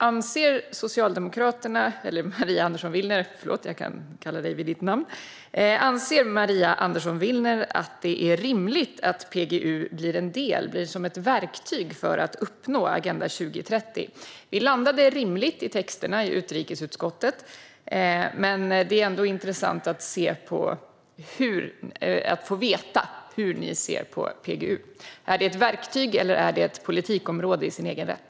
Anser Maria Andersson Willner att det är rimligt att PGU blir som ett verktyg för att uppnå Agenda 2030? Vi landade rimligt i texterna i utrikesutskottet, men det är ändå intressant att få veta hur ni ser på PGU. Är det ett verktyg, eller är det ett politikområde i sin egen rätt?